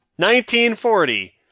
1940